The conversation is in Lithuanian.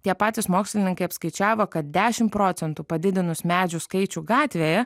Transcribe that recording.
tie patys mokslininkai apskaičiavo kad dešimt procentų padidinus medžių skaičių gatvėje